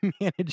manage